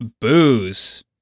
booze